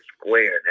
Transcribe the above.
square